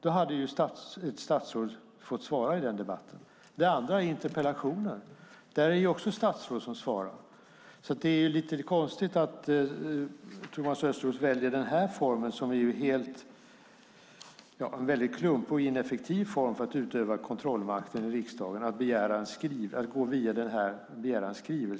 Då hade statsrådet fått svara i den debatten. En annan möjlighet är interpellationer. Där är det också statsråd som svarar. Det är lite konstigt att Thomas Östros väljer den här formen, som är en klumpig och ineffektiv form för att utöva kontrollmakten i riksdagen - att i ett utskott begära en skrivelse från regeringen.